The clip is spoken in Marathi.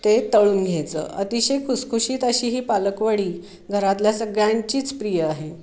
ते तळून घ्यायचं अतिशय खुसखुशीत अशी ही पालकवडी घरातल्या सगळ्यांचीच प्रिय आहे